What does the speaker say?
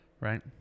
Right